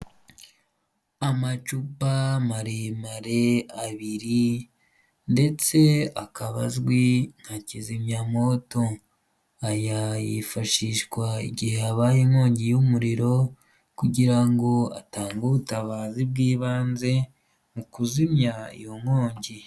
Amacupa maremare abiri ndetse akaba azwi nka kizimyamwoto, aya yifashishwa igihe habaye inkongi y'umuriro kugirango atange ubutabazi bw'ibanze mu kuzimya iyo nkongi.